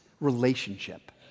relationship